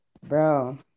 Bro